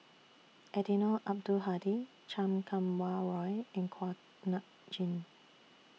Eddino Abdul Hadi Chan Kum Wah Roy in Kuak Nam Jin